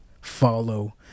follow